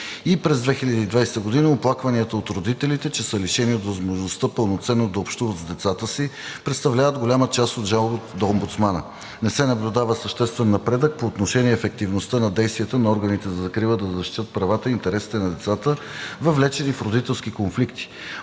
И през 2020 г. оплакванията от родителите, че са лишени от възможността пълноценно да общуват с децата си, представляват голяма част от жалбите до омбудсмана. Не се наблюдава съществен напредък по отношение ефективността на действията на органите за закрила да защитят правата и интересите на децата, въвлечени в родителски конфликти.